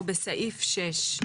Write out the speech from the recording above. אנחנו בסעיף 6,